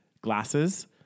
glasses